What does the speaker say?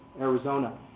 Arizona